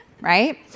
right